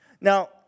Now